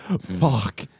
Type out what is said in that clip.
Fuck